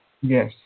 Yes